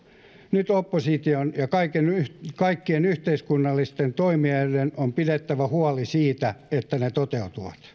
nyt opposition ja kaikkien yhteiskunnallisten toimijoiden on pidettävä huoli siitä että ne toteutuvat